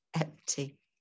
empty